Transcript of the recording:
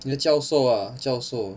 你的教授啦教授